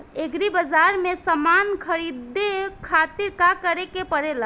Agri बाज़ार से समान ख़रीदे खातिर का करे के पड़ेला?